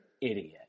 idiot